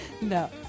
No